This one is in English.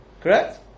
Correct